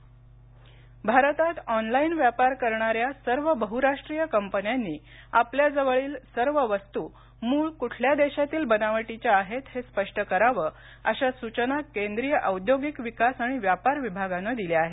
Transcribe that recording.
online व्यापार भारतात online व्यापार करणाऱ्या सर्व बहुराष्टीय कंपन्यांनी आपल्याजवळील सर्व वस्तू मूळ कुठल्या देशातील बनावटीच्या आहेत हे स्पष्ट करावे अशा सूचना केंद्रीय औद्योगिक विकास आणि व्यापार विभागाने दिल्या आहेत